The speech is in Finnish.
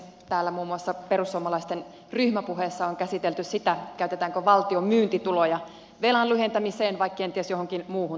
täällä muun muassa perussuomalaisten ryhmäpuheessa on käsitelty sitä käytetäänkö valtion myyntituloja velan lyhentämiseen vai kenties johonkin muuhun tarkoitukseen